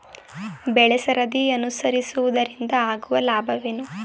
ಬೆಳೆಸರದಿ ಅನುಸರಿಸುವುದರಿಂದ ಆಗುವ ಲಾಭವೇನು?